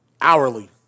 Hourly